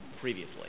previously